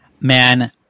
Man